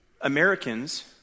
Americans